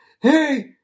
hey